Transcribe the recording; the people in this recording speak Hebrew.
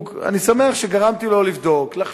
אני שמח שגרמתי לו לבדוק, לחשוב.